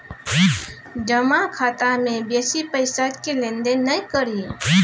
जमा खाता मे बेसी पैसाक लेन देन नहि करी